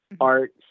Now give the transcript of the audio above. art